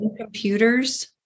computers